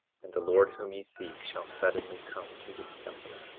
and the lord whom ye seek shall suddenly come to his temple,